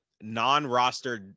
non-rostered